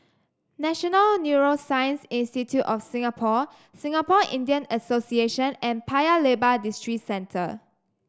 National Neuroscience Institute of Singapore Singapore Indian Association and Paya Lebar Districentre